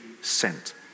sent